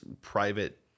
private